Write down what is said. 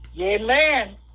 Amen